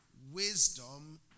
Wisdom